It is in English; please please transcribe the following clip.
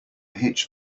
hitch